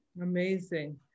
amazing